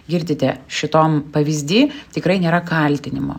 girdite šitom pavyzdy tikrai nėra kaltinimo